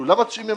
למה 90 ימים?